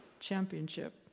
championship